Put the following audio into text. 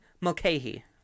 Mulcahy